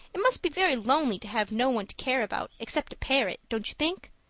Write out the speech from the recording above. it must be very lonely to have no one to care about except a parrot, don't you think?